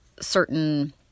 certain